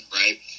right